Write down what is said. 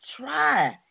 try